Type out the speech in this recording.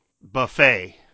buffet